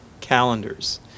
calendars